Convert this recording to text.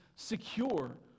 secure